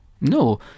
No